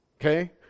Okay